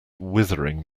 withering